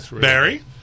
Barry